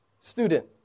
Student